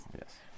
Yes